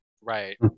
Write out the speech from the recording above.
Right